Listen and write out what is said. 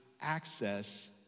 access